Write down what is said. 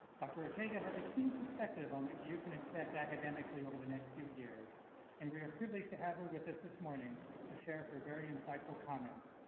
dr ortega has a keen perspective on what you can expect academically over the next few years and we are privileged to have her with us this morning to share her very insightful comments.